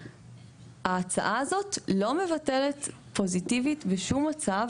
ההצעה הזאת לא מבטלת פוזיטיבית בשום מצב,